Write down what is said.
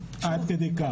עד כדי כך.